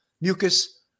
mucus